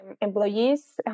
employees